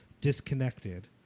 disconnected